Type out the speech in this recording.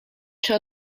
czy